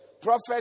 prophet